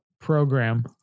program